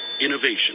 Innovation